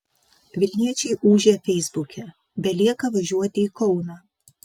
vilniečiai ūžia feisbuke belieka važiuoti į kauną